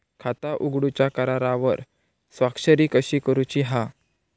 खाता उघडूच्या करारावर स्वाक्षरी कशी करूची हा?